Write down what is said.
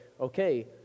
okay